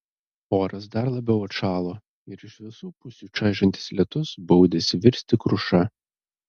oras dar labiau atšalo ir iš visų pusių čaižantis lietus baudėsi virsti kruša